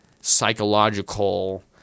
psychological